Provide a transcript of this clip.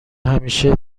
همیشه